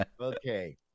Okay